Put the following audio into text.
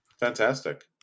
Fantastic